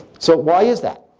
so why is that?